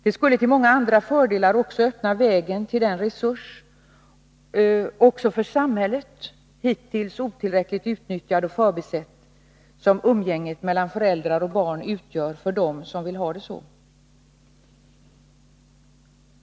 Det skulle, utöver många andra fördelar, även öppna vägen till den resurs också för samhället, hittills otillräckligt utnyttjad och förbisedd, som umgänget mellan föräldrar och barn utgör för dem som vill ha det så.